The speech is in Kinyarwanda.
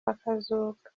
bakazuka